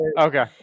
okay